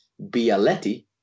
Bialetti